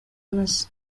эмес